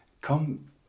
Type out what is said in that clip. come